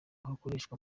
hakoreshwa